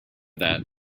that